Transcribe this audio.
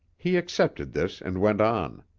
he accepted this and went on.